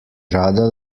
rada